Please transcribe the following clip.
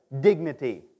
dignity